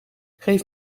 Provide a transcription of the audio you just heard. geef